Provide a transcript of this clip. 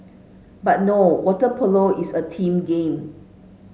but no water polo is a team game